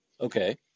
Okay